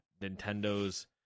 Nintendo's